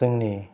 जोंनि